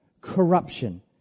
corruption